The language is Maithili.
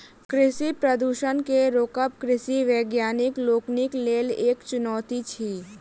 कृषि प्रदूषण के रोकब कृषि वैज्ञानिक लोकनिक लेल एक चुनौती अछि